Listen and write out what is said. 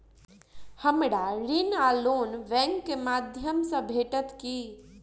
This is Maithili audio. हमरा ऋण वा लोन बैंक केँ माध्यम सँ भेटत की?